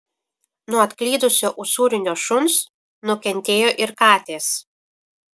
nuo atklydusio usūrinio šuns nukentėjo ir katės